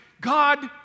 God